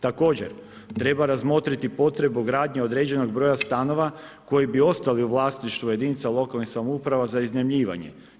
Također treba razmotriti potrebu gradnje određenog broja stanova koji bi ostali u vlasništvu jedinica lokalnih samouprava za iznajmljivanje.